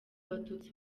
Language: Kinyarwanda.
abatutsi